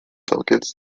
delegates